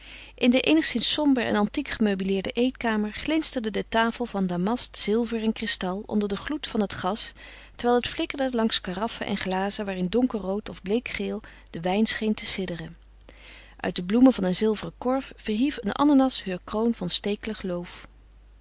in de eenigszins somber en antiek gemeubileerde eetkamer glinsterde de tafel van damast zilver en kristal onder den gloed van het gas terwijl het flikkerde langs karaffen en glazen waarin donkerrood of bleekgeel de wijn scheen te sidderen uit de bloemen van een zilveren korf verhief een ananas heur kroon van stekelig loof